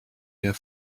their